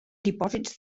dipòsits